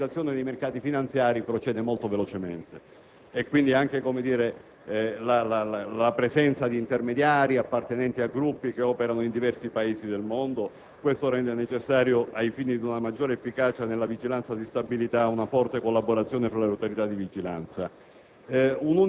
la globalizzazione dei mercati finanziari procede molto velocemente. Quindi, anche la presenza di intermediari appartenenti a gruppi che operano in diversi Paesi del mondo rende necessario, ai fini di una maggiore efficacia nella vigilanza di stabilità, una forte collaborazione tra le Autorità di vigilanza.